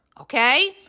Okay